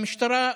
המשפחה